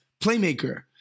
playmaker